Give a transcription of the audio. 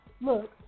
look